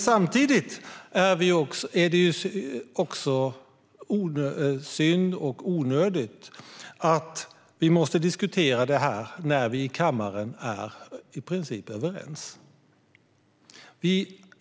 Samtidigt - och detta är den andra anledningen att beklaga denna debatt - är det synd och onödigt att vi måste diskutera detta när vi i kammaren i princip är överens.